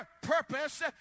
purpose